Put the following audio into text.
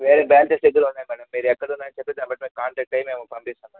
వేరే బ్రాంచెస్ సిటీలో ఉన్నాయి మేడం మీరు ఎక్కడ ఉన్నారో చెప్తే దాన్ని బట్టి మేము కాంటాక్ట్ అయ్యి మేము పంపిస్తాం మేడం